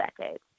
decades